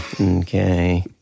Okay